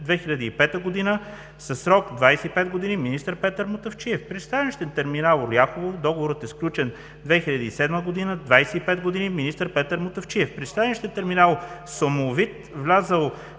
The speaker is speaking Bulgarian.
2005 година със срок 25 години, министър Петър Мутафчиев; пристанищен терминал Оряхово – договорът е сключен 2007 година, 25 години, министър Петър Мутафчиев; пристанище терминал Сомовит, влязъл